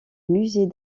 musée